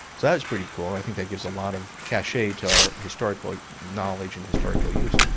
so that was pretty cool, and i think that gives a lot of cache to our historical knowledge and historical use.